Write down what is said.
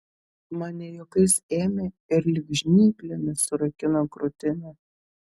man ne juokais ėmė ir lyg žnyplėmis surakino krūtinę